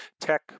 tech